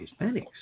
Hispanics